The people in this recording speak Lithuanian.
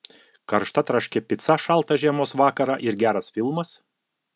karšta traški pica šaltą žiemos vakarą ir geras filmas